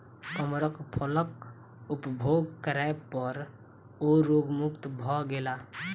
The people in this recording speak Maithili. कमरख फलक उपभोग करै पर ओ रोग मुक्त भ गेला